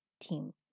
team